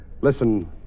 Listen